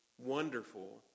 wonderful